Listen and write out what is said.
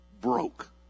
broke